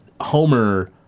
Homer